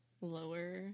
lower